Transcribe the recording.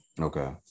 okay